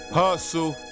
hustle